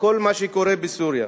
כל מה שקורה בסוריה.